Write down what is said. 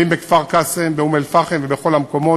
ואם בכפר-קאסם ואום-אלפחם ובכל המקומות,